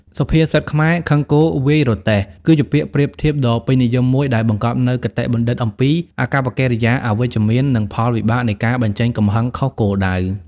សុភាសិតខ្មែរ «ខឹងគោ វាយរទេះ» គឺជាពាក្យប្រៀបធៀបដ៏ពេញនិយមមួយ ដែលបង្កប់នូវគតិបណ្ឌិតអំពី អាកប្បកិរិយាអវិជ្ជមាន និង ផលវិបាកនៃការបញ្ចេញកំហឹងខុសគោលដៅ។